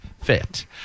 fit